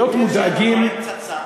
להיות מודאגים, אין פצצה?